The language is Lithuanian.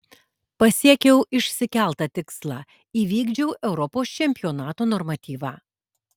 pasiekiau išsikeltą tikslą įvykdžiau europos čempionato normatyvą